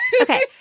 okay